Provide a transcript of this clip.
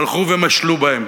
הלכו ומשלו בהם.